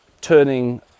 turning